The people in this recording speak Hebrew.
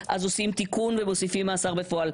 אז עושים תיקון ומוסיפים מאסר בפועל.